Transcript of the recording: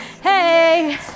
Hey